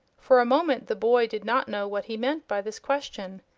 for a moment the boy did not know what he meant by this question.